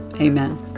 Amen